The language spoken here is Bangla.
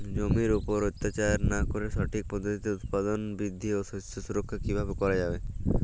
জমির উপর অত্যাচার না করে সঠিক পদ্ধতিতে উৎপাদন বৃদ্ধি ও শস্য সুরক্ষা কীভাবে করা যাবে?